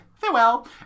farewell